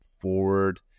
forward